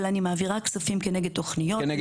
אני מעבירה כספים כנגד תוכניות,